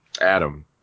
Adam